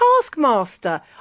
Taskmaster